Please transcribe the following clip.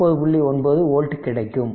9 volt கிடைக்கும்